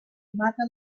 mata